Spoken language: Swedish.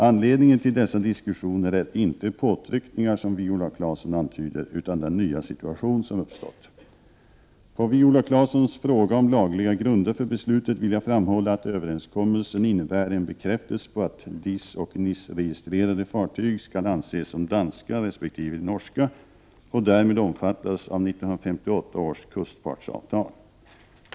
Anledningen till dessa diskussioner är inte påtryckningar, som Viola Claesson antyder, utan den nya situation som uppstått. På Viola Claessons fråga om lagliga grunder för beslutet vill jag framhålla att överenskommelsen innebär en bekräftelse på att DIS och NIS-registrerade fartyg skall anses som danska resp. norska och därmed omfattas av 1958 års kustfartsavtal.